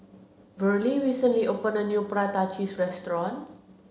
Verlie recently opened a new Prata Cheese Restaurant